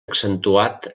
accentuat